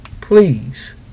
please